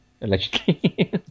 Allegedly